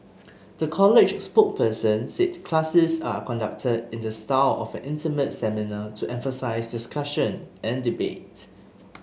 the college's spokesperson said classes are conducted in the style of an intimate seminar to emphasise discussion and debate